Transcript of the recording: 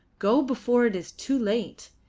go before it is too late.